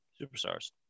Superstars